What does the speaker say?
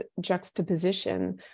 juxtaposition